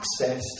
accessed